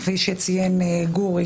כפי שציין גור,